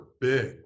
big